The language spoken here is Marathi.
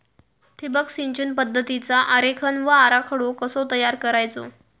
ठिबक सिंचन पद्धतीचा आरेखन व आराखडो कसो तयार करायचो?